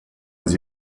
was